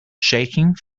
shaking